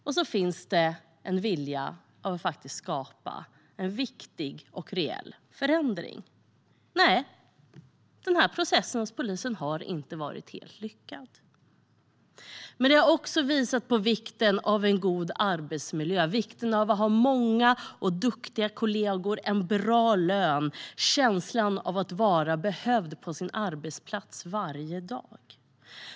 Och så finns det en vilja av att faktiskt skapa en viktig och reell förändring. Nej, den här processen hos polisen har inte varit helt lyckad. Men detta har också visat på vikten av en god arbetsmiljö och vikten av att ha många och duktiga kollegor. Det handlar också om att ha en bra lön och om känslan av att vara behövd på sin arbetsplats varje dag.